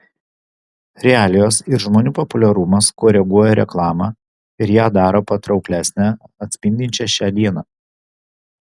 realijos ir žmonių populiarumas koreguoja reklamą ir ją daro patrauklesnę atspindinčią šią dieną